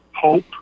hope